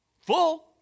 Full